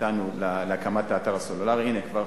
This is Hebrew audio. מאתנו להקמת האתר הסלולרי .